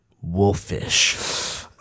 Wolfish